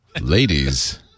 Ladies